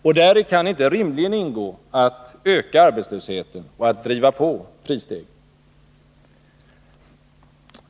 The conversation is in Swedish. Och däri kan inte rimligen ingå att öka arbetslösheten och att driva på prisstegringen.